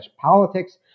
politics